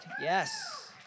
yes